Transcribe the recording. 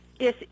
Yes